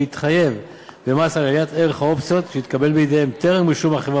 להתחייב במס על עליית ערך האופציות שהתקבל בידיהם טרם רישום החברה